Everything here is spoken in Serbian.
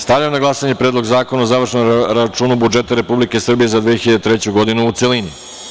Stavljam na glasanje Predlog zakona o završnom računu budžeta Republike Srbije za 2003. godinu, u celini.